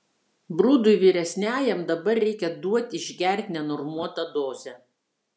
brudui vyresniajam dabar reikia duot išgert nenormuotą dozę